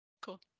Cool